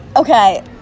okay